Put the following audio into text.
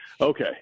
Okay